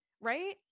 Right